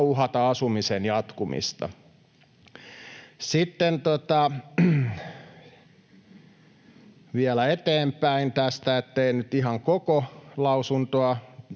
uhata asumisen jatkumista. Sitten vielä eteenpäin tästä, etten nyt ihan koko lausuntoa